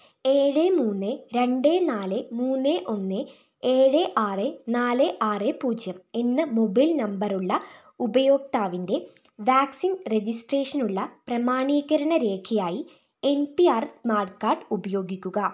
ഏഴ് മൂന്ന് രണ്ട് നാല് മൂന്ന് ഒന്ന് ഏഴ് ആറ് നാല് ആറ് പൂജ്യം എന്ന മൊബൈൽ നമ്പർ ഉള്ള ഉപയോക്താവിൻ്റെ വാക്സിൻ രജിസ്ട്രേഷനുള്ള പ്രമാണീകരണ രേഖയായി N P R smart card ഉപയോഗിക്കുക